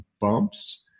bumps